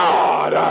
God